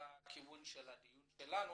זה כיוון הדיון שלנו.